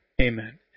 Amen